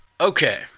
Okay